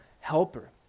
helper